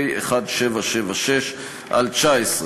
פ/1776/19.